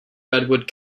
redwood